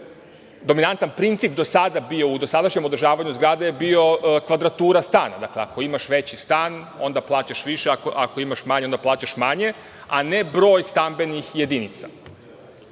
do sada bio, u dosadašnjem održavanju zgrade, bio kvadratura stana. Ako imaš veći stan, onda plaćaš više, a ako imaš manji, onda plaćaš manje, a ne broj stambenih jedinica. Tako